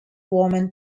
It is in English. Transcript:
woman